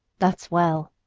that's well,